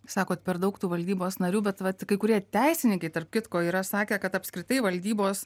sakot per daug tų valdybos narių bet vat kai kurie teisininkai tarp kitko yra sakę kad apskritai valdybos